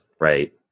right